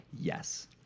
yes